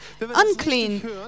unclean